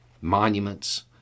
Monuments